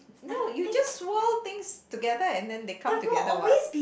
no you just swirl things together and then they come together what